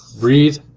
breathe